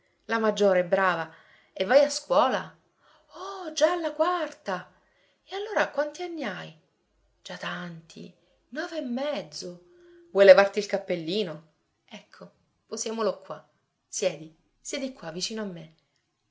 la maggiore brava e vai a scuola oh già alla quarta e allora quanti anni hai già tanti nove e mezzo vuoi levarti il cappellino ecco posiamolo qua siedi siedi qua vicino a me